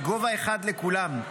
וגובה אחד לכולם.